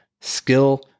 skill